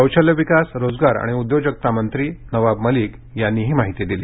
कौशल्य विकास रोजगार आणि उद्योजकता मंत्री नवाब मलिक यांनी ही माहिती दिली